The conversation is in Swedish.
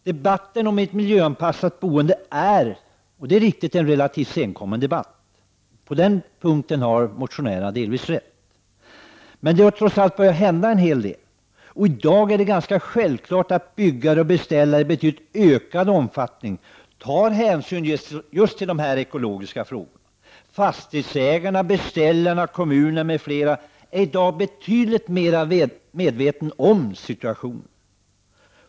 Debatten om ett miljöanpassat boende är — det är riktigt — en relativt senkommen debatt. På den punkten har motionärerna delvis rätt. Men det har trots allt börjat hända en hel del. I dag är det självklart att byggare och beställare i betydligt ökad omfattning tar hänsyn till just de ekologiska frågorna. Fastighetsägarna, beställarna, kommunerna m.fl. är i dag betydligt mer medvetna om situationen.